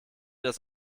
das